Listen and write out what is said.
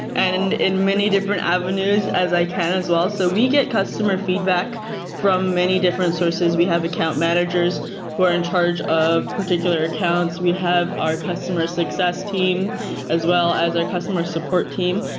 and and in many different avenues as i can as well. so we get customer feedback from many different sources. we have account managers who are in charge of particular accounts. we have our customer success team as well as our customer support team.